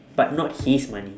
but not his money